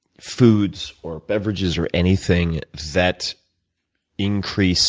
foods or beverages or anything that increase